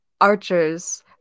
archers